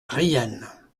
reillanne